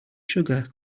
sugar